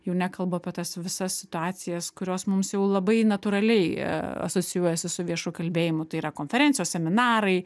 jau nekalbu apie tas visas situacijas kurios mums jau labai natūraliai asocijuojasi su viešu kalbėjimu tai yra konferencijos seminarai